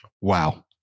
wow